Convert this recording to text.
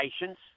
patience